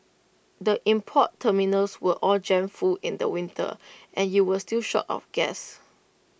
the import terminals were all jammed full in the winter and you were still short of gas